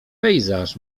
pejzaż